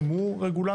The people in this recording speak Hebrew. גם הוא רגולטור.